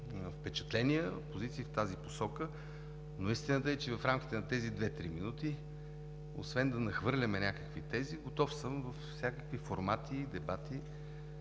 впечатления, позиции в тази посока. Истината е, че в рамките на тези две-три минути, освен да нахвърляме някакви тези, готов съм във всякакви формати, дебати,